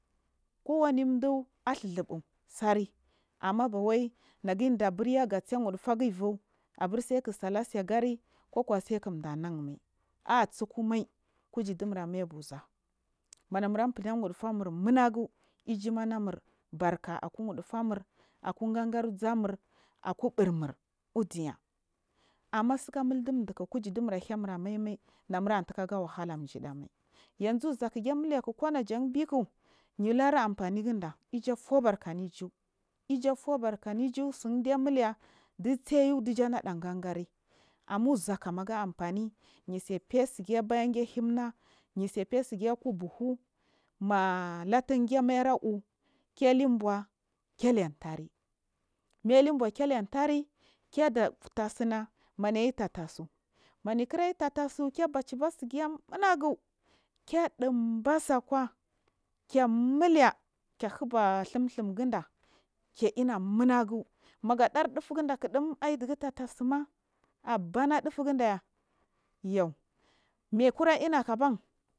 Kowani chunaɗhuzubu sard amma bawaai gaburya ga tse gari koku wat se kachunan mai atsukumai kugidumura mai bu zzhug mannamura file wudufamur munau yumanamura narks aku wuɗufamur akugings uzanur akuɓurnur udiniya amar a tsoku amuchichiku kugidimur way mura maimai nunura titku ga wahala yidamai ya za zhunk ke murek kunaja a bikk miyuluralan famogida yafubarka am iyi yafubarka ani yi tsin kenule di tsiyu diijune ɗagangar animu zhukaga amfani nitsefesigiys beyih kelub na nitsefesigiye aku bulu maa latun kera maila u’u kelinbun keletare melibua keleteri ke ditasina mayeyu tettasuri mayikm yultattasu keba chibe tsigiya numgu kedibe tsakwa kumule kehiba thum thin gida k eina numagu magedar dufurdakk ma aiby tattesn abena chufugunfiyar yuu meyikira inakken.